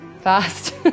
fast